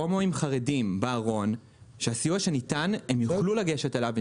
להומואים חרדים בארון ושהם יוכלו לגשת אליו.